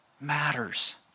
matters